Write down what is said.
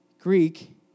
Greek